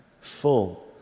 full